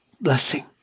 blessing